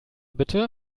bitte